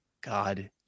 God